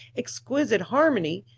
exquisite harmony,